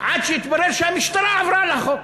עד שהתברר שהמשטרה עברה על החוק